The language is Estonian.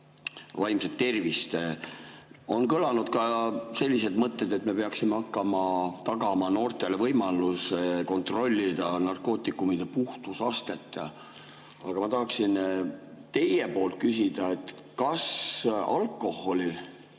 vaimset tervist. On kõlanud ka selliseid mõtteid, et me peaksime tagama noortele võimaluse kontrollida narkootikumide puhtusastet. Aga ma tahaksin teie käest küsida, kas alkohol